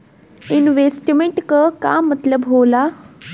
Investment क का मतलब हो ला?